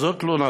אז זאת תלונתו,